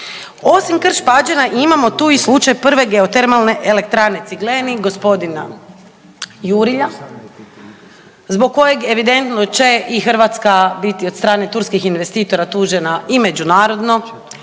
Osim Krš-Pađena imamo tu i slučaj prve Geotermalne elektrane Ciglenik g. Jurilja zbog kojeg evidentno će i Hrvatska biti od strane turskih investitora tužena i međunarodno